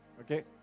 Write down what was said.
okay